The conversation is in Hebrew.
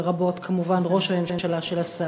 לרבות כמובן ראש הממשלה של השר,